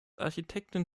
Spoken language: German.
architektin